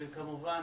כמובן,